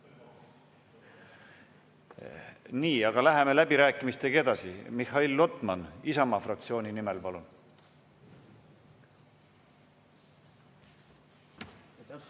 Nii. Aga läheme läbirääkimistega edasi. Mihhail Lotman Isamaa fraktsiooni nimel, palun!